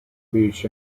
beach